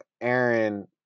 aaron